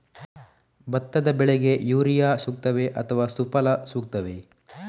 ಭತ್ತದ ಬೆಳೆಗೆ ಯೂರಿಯಾ ಸೂಕ್ತವೇ ಅಥವಾ ಸುಫಲ ಸೂಕ್ತವೇ?